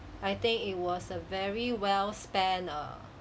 I think it was a very well spent err